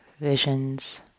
visions